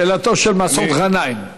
שאלתו של מסעוד גנאים.